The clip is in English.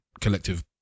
collective